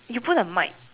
you put the mic